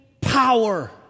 power